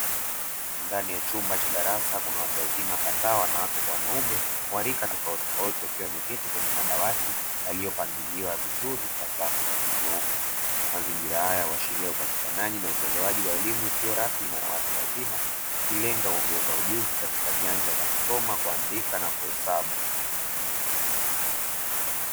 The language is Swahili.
Ndani ya chumba cha darasa kuna watuwazima kadhaa wanawake kwa wanaume wa warika tofauti tofauti wakiwa wameketi kwenye madawati yaliyo pangiliwa vizuri kwasafu za kunyooka, Mazingira haya huashiria upatikanaji na utolewaji wa elimu isiyo rasmi na yawatu wazima ikilenga kuongeza ujuzi katika nyanja za kusoma, kuandika na kuhesabu.